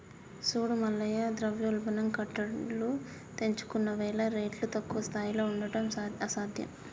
చూడు మల్లయ్య ద్రవ్యోల్బణం కట్టలు తెంచుకున్నవేల రేట్లు తక్కువ స్థాయిలో ఉండడం అసాధ్యం